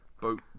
Boat